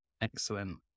Excellent